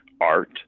art